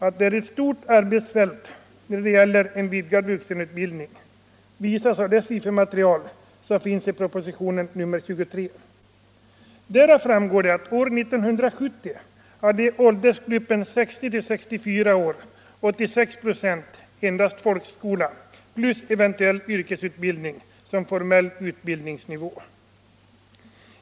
Att den vidgade vuxenutbildningen är ett stort arbetsfält framgår av det siffermaterial som redovisas i propositionen 23. Därav framgår att 21 år 1970 hade i åldersgruppen 60-64 år 86 96 endast folkskola plus eventuell yrkesutbildning som formell utbildningsnivå.